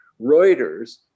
Reuters